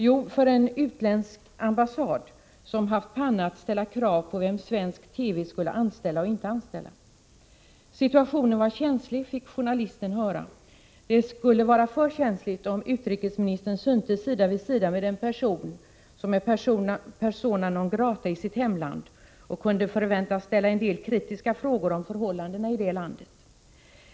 Jo för en utländsk ambassad som haft panna att ställa krav på svensk TV beträffande vem som skulle anställas och inte anställas. Situationen var känslig, fick journalisten höra — det skulle vara för känsligt om utrikesministern syntes sida vid sida med en person som är persona non grata i sitt hemland och kunde förväntas ställa en del kritiska frågor om förhållandena i detta land.